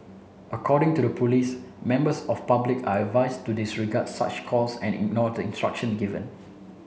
according to the police members of public are advised to disregard such calls and ignore the instruction given